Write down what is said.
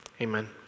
Amen